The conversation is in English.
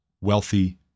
wealthy